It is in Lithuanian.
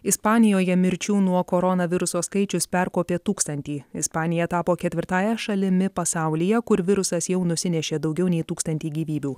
ispanijoje mirčių nuo koronaviruso skaičius perkopė tūkstantį ispanija tapo ketvirtąja šalimi pasaulyje kur virusas jau nusinešė daugiau nei tūkstantį gyvybių